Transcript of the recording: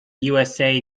usa